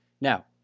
Now